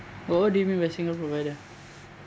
what what do you mean by single provider